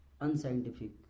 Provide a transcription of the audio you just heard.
unscientific